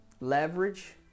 leverage